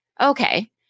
Okay